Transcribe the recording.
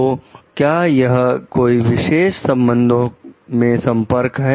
तो क्या यह कोई विशेष संबंधों में संपर्क है